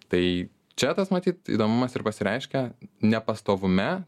tai čia tas matyt įdomumas ir pasireiškia nepastovume